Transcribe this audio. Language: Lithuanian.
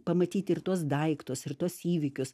pamatyti ir tuos daiktus ir tuos įvykius